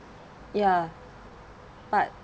ya but